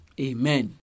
Amen